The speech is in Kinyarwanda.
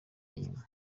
inyuma